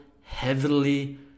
heavily